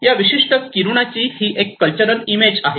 या विशिष्ट किरुणाची ही एक कल्चरल इमेज आहे